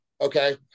Okay